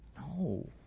no